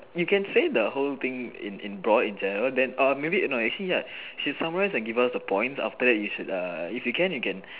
you can say the whole thing in in broad in general then um maybe no actually ya she summarize and give us the points after that you should err if you can you can